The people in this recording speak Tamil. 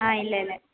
ஆ இல்லை இல்லை